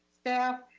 staff,